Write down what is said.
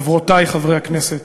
חברותי חברות הכנסת,